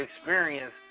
experience